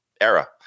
era